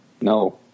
No